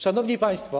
Szanowni Państwo!